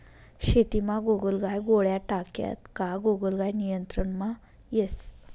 शेतीमा गोगलगाय गोळ्या टाक्यात का गोगलगाय नियंत्रणमा येस